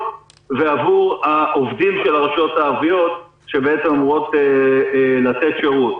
ועבור העובדים של הרשויות הערביות שבעצם אמורות לתת שירות.